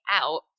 out